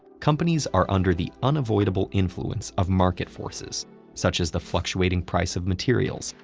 companies are under the unavoidable influence of market forces such as the fluctuating price of materials,